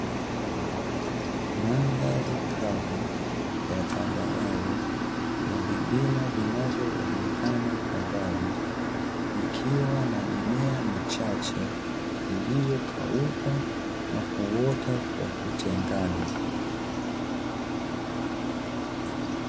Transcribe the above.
Mandhari kavu ya tambarare na vilima vinavyoonekana kwa mbali, ikiwa na mimea michache iliyo kauka na kuota kwa kutengana.